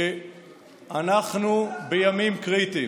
אנחנו בימים קריטיים,